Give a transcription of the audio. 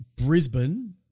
Brisbane